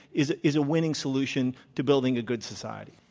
is is a winning solution to building a good society.